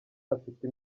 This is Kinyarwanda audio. afite